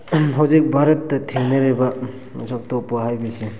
ꯍꯧꯖꯤꯛ ꯚꯥꯔꯠꯇ ꯊꯦꯡꯅꯔꯤꯕ ꯍꯥꯏꯕꯁꯤ